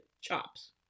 chops